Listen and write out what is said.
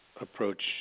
approach